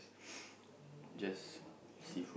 just seafood